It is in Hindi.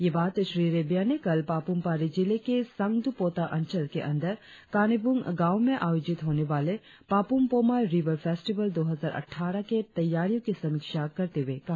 ये बात श्री रेबिया ने कल पापुम पारे जिले के सांग्दुपोता अंचल के अंदर कानेबुंग गांव में आयोजित होने वाले पापुम पोमा रीवर फेस्टिवल दो हजार अटठारह के तैयारियों की समीक्षा करते हुए कहा